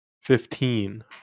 Fifteen